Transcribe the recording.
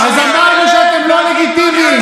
אז אמרנו שאתם לא לגיטימיים,